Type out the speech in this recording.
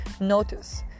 notice